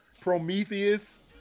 Prometheus